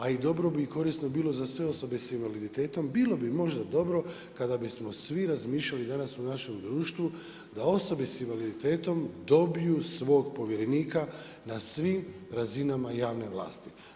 A i dobro bi i korisno bilo za sve osobe sa invaliditetom, bilo bi možda dobro kada bi smo svi razmišljali danas u našem društvu da osobe sa invaliditetom dobiju svog povjerenika na svim razinama javne vlasti.